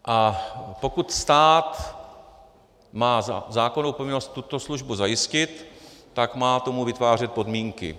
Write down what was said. A pokud stát má za zákonnou povinnost tuto službu zajistit, tak má tomu vytvářet podmínky.